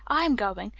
i am going.